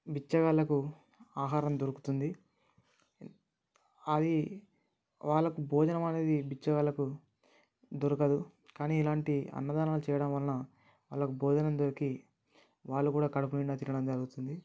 బిచ్చగాళ్ళకు ఆహారం దొరుకుతుంది అది వాళ్ళకు భోజనం అనేది బిచ్చగాళ్ళకు దొరకదు కానీ ఇలాంటి అన్నదానాలు చేయడం వలన వాళ్ళకు భోజనం దొరికి వాళ్ళు కూడా కడుపునిండా తినడం జరుగుతుంది